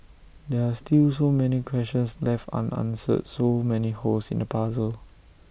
there are still so many questions left unanswered so many holes in the puzzle